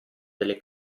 delle